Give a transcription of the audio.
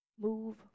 Move